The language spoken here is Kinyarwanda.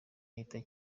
yita